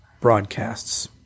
broadcasts